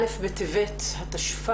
א' בטבת התשפ"א.